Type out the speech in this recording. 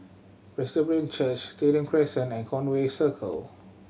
Presbyterian Church Stadium Crescent and Conway Circle